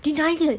denial